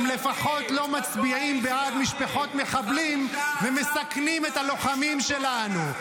הם לפחות לא מצביעים בעד משפחות מחבלים ומסכנים את הלוחמים שלנו.